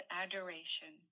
adoration